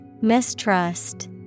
Mistrust